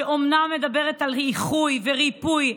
שאומנם מדברת על איחוי וריפוי,